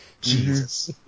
Jesus